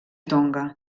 tonga